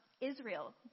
Israel